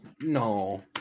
No